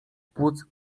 płuc